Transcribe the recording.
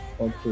Okay